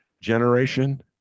generation